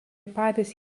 patys